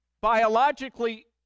biologically